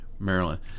Maryland